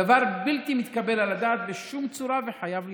הדבר בלתי מתקבל על הדעת בשום צורה וחייב להיפסק.